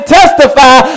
testify